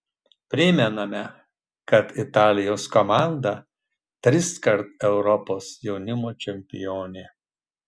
primename kad italijos komanda triskart europos jaunimo čempionė